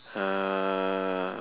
uh